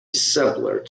simpler